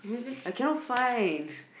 I cannot find